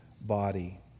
body